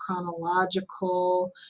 chronological